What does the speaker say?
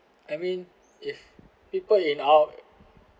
I mean if people in our